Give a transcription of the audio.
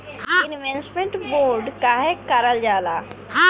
Investment bond काहे कारल जाला?